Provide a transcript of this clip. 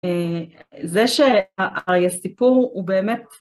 זה שהסיפור הוא באמת